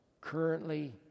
currently